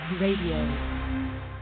Radio